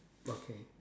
okay